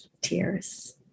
tears